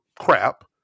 crap